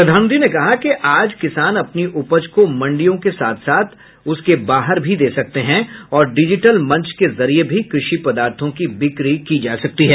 प्रधानमंत्री ने कहा कि आज किसान अपनी उपज को मंडियों के साथ साथ उसके बाहर भी दे सकते हैं और डिजिटल मंच के जरिए भी कृषि पदार्थों की बिक्री की जा सकती है